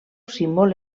símbol